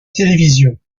télévision